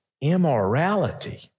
immorality